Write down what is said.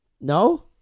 no